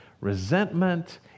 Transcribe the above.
resentment